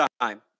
time